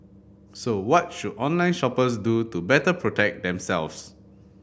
so what should online shoppers do to better protect themselves